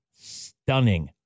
stunning